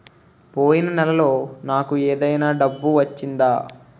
పోయిన నెలలో నాకు ఏదైనా డబ్బు వచ్చిందా?